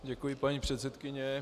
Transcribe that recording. Děkuji, paní předsedkyně.